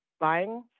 buying